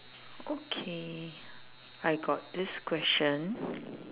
okay I got this question